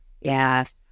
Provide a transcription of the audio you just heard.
Yes